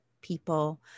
people